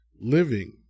living